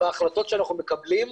בהחלטות שאנחנו מקבלים,